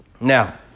Now